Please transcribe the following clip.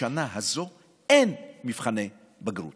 השנה הזאת אין מבחני בגרות,